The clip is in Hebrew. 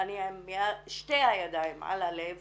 אני עם שתי הידיים על הלב